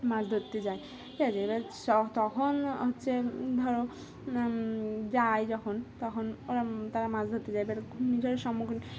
মাছ ধরতে যায় ঠিক আছে এবার তখন হচ্ছে ধরো যায় যখন তখন ওরা তারা মাছ ধরতে যায় ঘুর্ণিঝড়ের সম্মুখীন